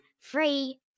Free